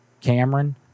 Cameron